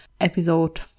episode